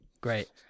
Great